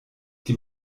die